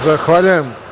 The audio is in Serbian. Zahvaljujem.